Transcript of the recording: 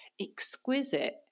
exquisite